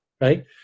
right